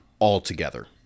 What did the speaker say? altogether